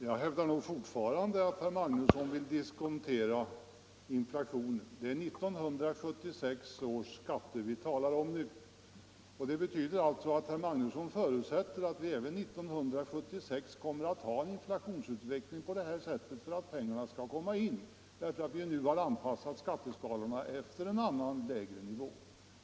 Herr talman! Jag hävdar fortfarande att herr Magnusson i Borås vill diskontera inflationen. Det är 1976 års skatter vi talar om nu. Det betyder alltså att herr Magnusson förutsätter att vi även 1976 kommer att ha inflationsutvecklingen på det här sättet för att pengarna skall komma in, eftersom vi har anpassat skatteskalorna efter en lägre nivå.